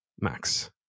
Max